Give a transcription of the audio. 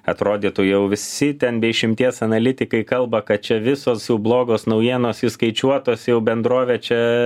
atrodytų jau visi ten be išimties analitikai kalba kad čia visos jau blogos naujienos įskaičiuotos jau bendrovė čia